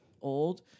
old